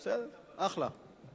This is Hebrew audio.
בסדר, אחלה.